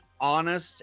honest